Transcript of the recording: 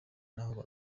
n’aho